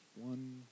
one